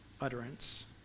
utterance